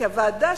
כי הוועדה,